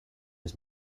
his